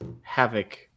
havoc